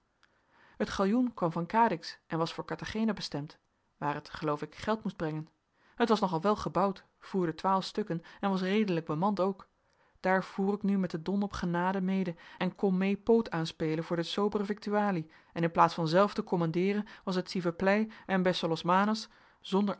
het galjoen kwam van cadix en was voor carthagena bestemd waar het geloof ik geld moest brengen het was nog al wel gebouwd voerde twaalf stukken en was redelijk bemand ook daar voer ik nu met den don op genade mede en kon mee poot aan spelen voor de sobere victualie en in plaats van zelf te commandeeren was het siveplei en besolosmanos zonder